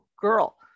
girl